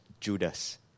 Judas